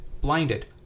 blinded